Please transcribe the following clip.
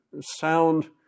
sound